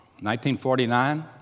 1949